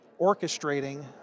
orchestrating